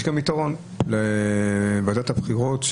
יש גם יתרון לוועדת הבחירות,